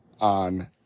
on